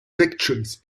victories